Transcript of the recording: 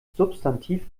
substantiv